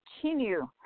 continue